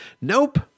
Nope